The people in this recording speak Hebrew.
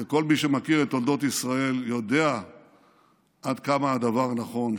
כל מי שמכיר את תולדות ישראל יודע עד כמה הדבר נכון,